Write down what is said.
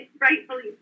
Rightfully